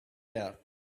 out